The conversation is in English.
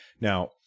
Now